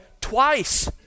twice